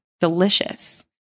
delicious